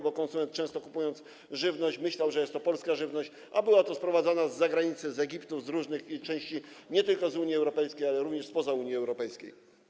Bo konsument, często kupując żywność, myślał, że jest to polska żywność, a była to żywność sprowadzana z zagranicy, z Egiptu, z różnych innych części świata, nie tylko z Unii Europejskiej, ale również spoza Unii Europejskiej.